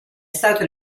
stato